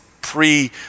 pre